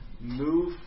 move